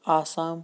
Assam